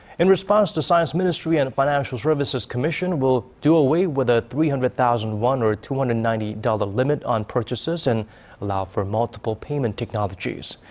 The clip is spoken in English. in response, the science ministry and financial services commission will do away with a three hundred thousand won, or two hundred and ninety dollar limit on purchases and allow for multiple payment technologies.